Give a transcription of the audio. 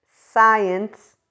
Science